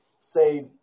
say